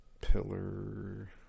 Pillar